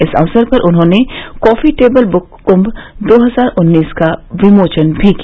इस अवसर पर उन्होंने कॉफी टेबल बुक कुंभ दो हजार उन्नीस का विमोचन भी किया